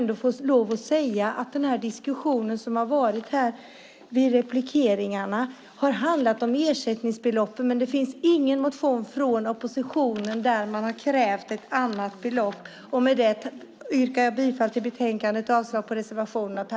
Diskussionen som har varit vid replikeringarna har handlat om ersättningsbeloppen, men det finns ingen motion från oppositionen där man kräver ett annat belopp. Jag yrkar bifall till utskottets förslag i betänkandet och avslag på reservationerna.